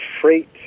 freight